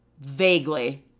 Vaguely